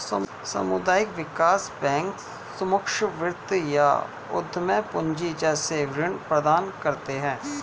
सामुदायिक विकास बैंक सूक्ष्म वित्त या उद्धम पूँजी जैसे ऋण प्रदान करते है